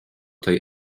tej